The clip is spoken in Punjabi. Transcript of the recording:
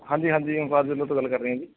ਹਾਂਜੀ ਹਾਂਜੀ ਓਂਕਾਰ ਜੂਐਲਰ ਤੋਂ ਗੱਲ ਕਰ ਰਹੇ ਹਾਂ ਜੀ